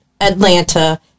Atlanta